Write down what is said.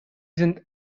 sind